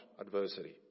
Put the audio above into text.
adversity